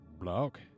block